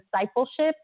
discipleship